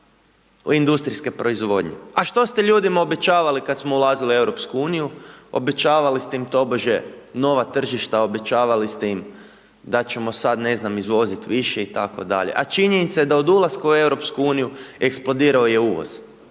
industrijske proizvodnje, a što ste ljudima obećavali, kada smo ulazili u EU? Obećavali ste im tobože nova tržišta, obećavali ste im da ćemo sada, ne znam, izvoziti više itd. A činjenica je da od ulaska u EU, eksplodirao je uvoz,